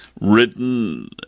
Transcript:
written